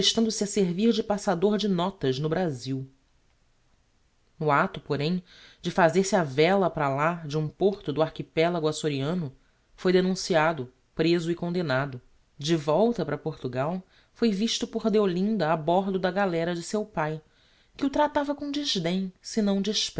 prestando se a servir de passador de notas no brazil no acto porém de fazer-se á vela para lá de um porto do archipelago açoriano foi denunciado preso e condemnado de volta para portugal foi visto por deolinda a bordo da galera de seu pai que o tratava com desdem senão